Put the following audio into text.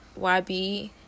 YB